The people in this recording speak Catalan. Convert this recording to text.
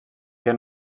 què